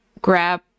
grab